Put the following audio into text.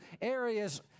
areas